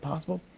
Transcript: possible?